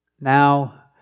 Now